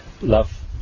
love